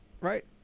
right